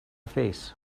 face